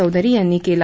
चौधरी यांनी केला